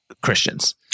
Christians